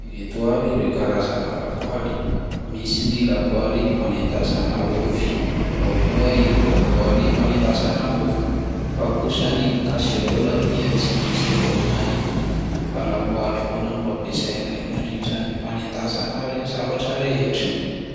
Ireto avy ireo karazana lapoaly: misy ny lapoaly fanendasana ovy, ao koa ireo lapoaly fanendasana mofo; fa kosa ny kaseraola dia tsy misy eto aminay fa lapoaly foana no ampiasainay mandritran'ny fanendasana re- nyzavatra rehetra.